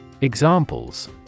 Examples